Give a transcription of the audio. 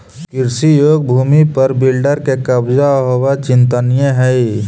कृषियोग्य भूमि पर बिल्डर के कब्जा होवऽ चिंतनीय हई